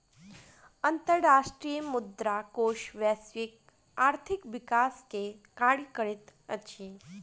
अंतर्राष्ट्रीय मुद्रा कोष वैश्विक आर्थिक विकास के कार्य करैत अछि